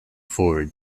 forward